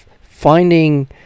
finding